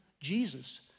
Jesus